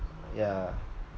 yeah